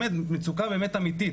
מצוקה באמת אמיתית,